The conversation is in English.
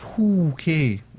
okay